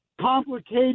complicated